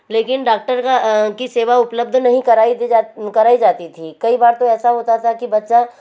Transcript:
लेकिन डाक्टर का की सेवा उपलब्ध नहीं कराई कराई जाती थी कई बार तो ऐसा होता था कि बच्चा